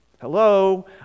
hello